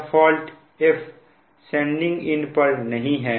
यह fault F sending end पर नहीं है